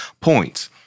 points